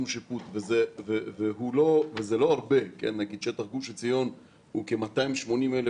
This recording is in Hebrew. שיפוט וזה לא הרבה שטח גוש עציון הוא כ-280,000